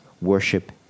worship